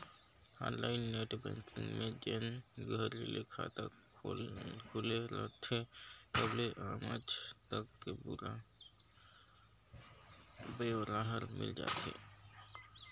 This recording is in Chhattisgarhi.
ऑनलाईन नेट बैंकिंग में जेन घरी ले खाता खुले रथे तबले आमज तक के पुरा ब्योरा हर मिल जाथे